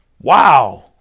wow